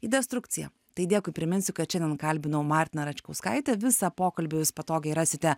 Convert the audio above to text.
į destrukciją tai dėkui priminsiu kad šiandien kalbinau martiną račkauskaitę visą pokalbį jūs patogiai rasite